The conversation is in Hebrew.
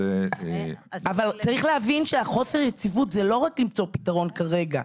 אבל צריך להבין שהחוסר יציבות זה לא רק למצוא פתרון כרגע,